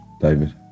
David